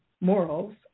morals